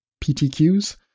PTQs